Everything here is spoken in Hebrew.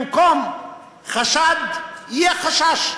במקום חשד יהיה חשש.